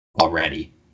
already